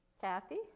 Kathy